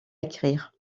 écrire